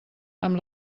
amb